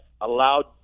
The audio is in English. allowed